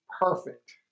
perfect